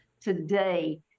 today